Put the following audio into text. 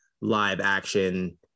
live-action